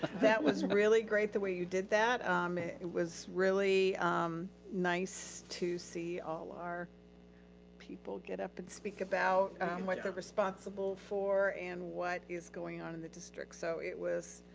that was really great the way you did that. it was really nice to see all our people get up and speak about what they're responsible for and what is going on in the district. so it was,